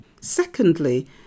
Secondly